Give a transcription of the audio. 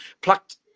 plucked